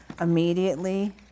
immediately